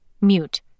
mute